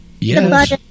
Yes